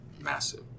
Massive